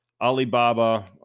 Alibaba